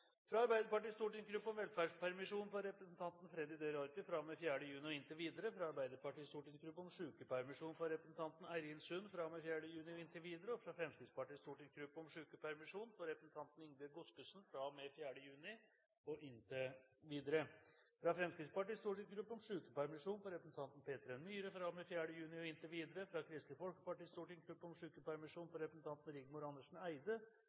fra Arbeiderpartiets stortingsgruppe om velferdspermisjon for representanten Freddy de Ruiter fra og med 4. juni og inntil videre fra Arbeiderpartiets stortingsgruppe om sykepermisjon for representanten Eirin Sund fra og med 4. juni og inntil videre fra Fremskrittspartiets stortingsgruppe om sykepermisjon for representanten Ingebjørg Godskesen fra og med 4. juni og inntil videre fra Fremskrittspartiets stortingsgruppe om sykepermisjon for representanten Peter N. Myhre fra og med 4. juni og inntil videre fra Kristelig Folkepartis stortingsgruppe om sykepermisjon for representanten Rigmor Andersen Eide